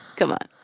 come on.